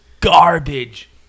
garbage